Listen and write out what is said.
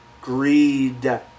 Greed